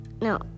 no